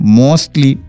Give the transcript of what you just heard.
mostly